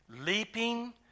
leaping